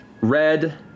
red